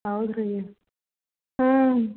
ಹೌದ್ರೀ ಹ್ಞೂ